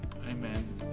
amen